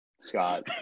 Scott